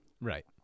Right